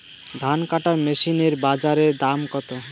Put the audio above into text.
ধান কাটার মেশিন এর বাজারে দাম কতো?